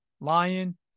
Lion